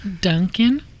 Duncan